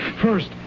First